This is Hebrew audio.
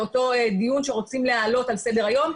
לאותו דיון שרוצים להעלות על סדר היום,